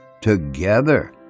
together